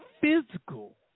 physical